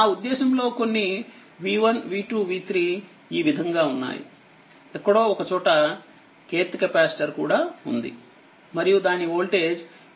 నా ఉద్దేశంలో కొన్ని v1v2v3 ఈ విధంగా ఉన్నాయి ఎక్కడో ఒకచోట kthకెపాసిటర్ కూడా ఉంది మరియు దాని వోల్టేజ్ vk